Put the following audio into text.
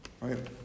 right